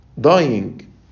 Dying